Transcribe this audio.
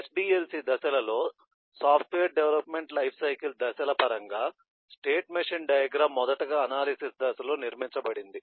SDLC దశల లో software development life cycle దశల పరంగా స్టేట్ మెషిన్ డయాగ్రమ్ మొదటగా అనాలిసిస్ దశలో నిర్మించబడింది